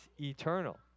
eternal